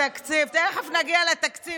העברנו תקציב,